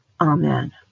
Amen